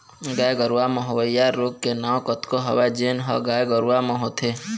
गाय गरूवा म होवइया रोग के नांव कतको हवय जेन ह गाय गरुवा म होथे